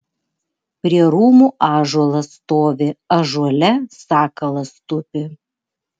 prie rūmų ąžuolas stovi ąžuole sakalas tupi